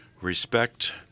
respect